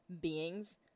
beings